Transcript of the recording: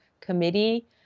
Committee